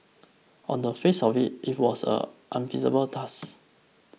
on the face of it it was a unenviable task